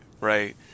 right